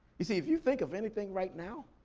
you see, if you think of anything right now,